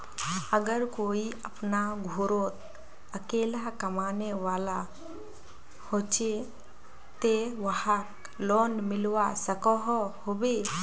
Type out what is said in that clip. अगर कोई अपना घोरोत अकेला कमाने वाला होचे ते वाहक लोन मिलवा सकोहो होबे?